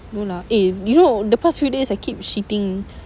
no lah eh you know the past few days I keep shitting